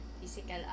physical